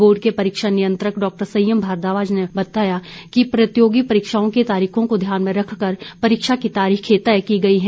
board के परीक्षा नियंत्रक डॉ संयम भारद्वाज ने कहा कि प्रतियोगी परीक्षाओं की तारीखों को ध्यान में रखकर परीक्षा की तारीख तय की गई है